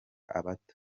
abato